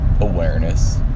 awareness